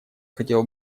хотела